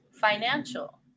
financial